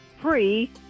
free